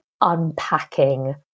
unpacking